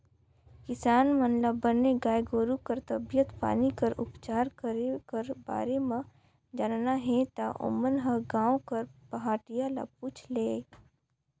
किसान मन ल बने गाय गोरु कर तबीयत पानी कर उपचार करे कर बारे म जानना हे ता ओमन ह गांव कर पहाटिया ल पूछ लय